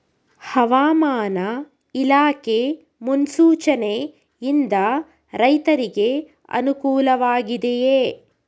ಹವಾಮಾನ ಇಲಾಖೆ ಮುನ್ಸೂಚನೆ ಯಿಂದ ರೈತರಿಗೆ ಅನುಕೂಲ ವಾಗಿದೆಯೇ?